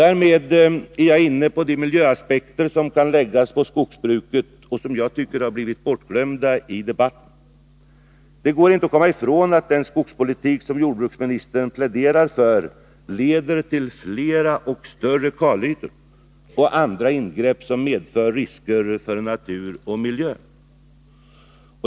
Därmed är jag inne på de miljöaspekter som kan läggas på skogsbruket och som jag tycker blivit bortglömda i debatten. Det går inte att komma ifrån att den skogspolitik som jordbruksministern pläderar för leder till fler och större kalytor och andra ingrepp som medför risker för natur och miljö.